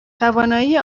توانایی